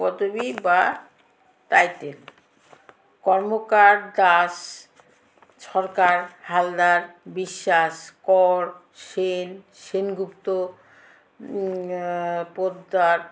পদবী বা টাইটেল কর্মকার দাস সরকার হালদার বিশ্বাস কর সেন সেনগুপ্ত পোদ্দার